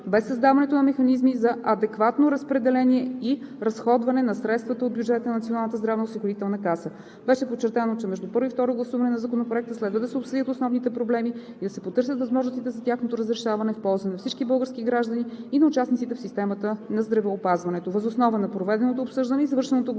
без създаването на механизми за адекватно разпределение и разходване на средствата от бюджета на Националната здравноосигурителна каса. Беше подчертано, че между първо и второ гласуване на Законопроекта следва да се обсъдят основните проблеми и да се потърсят възможностите за тяхното разрешаване в полза на всички български граждани и на участниците в системата на здравеопазването. Въз основа на проведеното обсъждане и извършеното гласуване